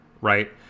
right